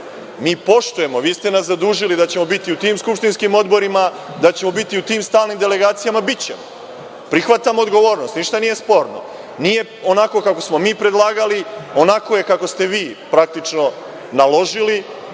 Mi poštujemo, vi ste nas zadužili da ćemo biti u tim skupštinskim odborima, da ćemo biti u tim stalnim delegacijama. Bićemo, prihvatamo odgovornost, ništa nije sporno. Nije onako kako smo mi predlagali, onako je kako ste vi praktično naložili.